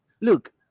Look